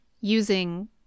using